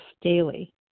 daily